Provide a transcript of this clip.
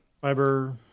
fiber